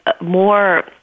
more